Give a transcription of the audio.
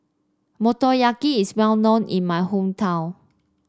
motoyaki is well known in my hometown